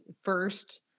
first